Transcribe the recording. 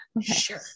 Sure